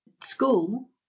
school